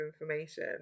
information